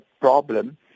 problem